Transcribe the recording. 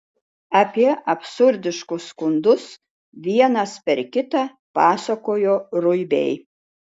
apie absurdiškus skundus vienas per kitą pasakojo ruibiai